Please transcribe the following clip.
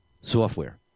software